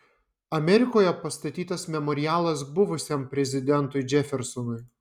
amerikoje pastatytas memorialas buvusiam prezidentui džefersonui